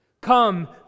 Come